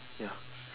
ya